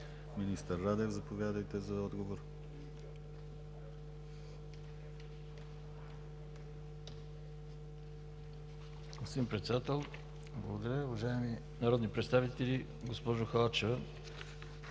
Министър Радев, заповядайте за отговор.